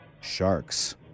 sharks